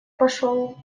пошел